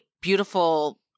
beautiful